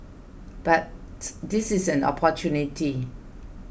but this is an opportunity